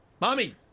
mommy